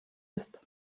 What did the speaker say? ist